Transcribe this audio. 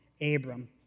Abram